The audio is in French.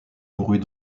mourut